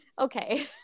okay